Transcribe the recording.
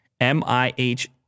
M-I-H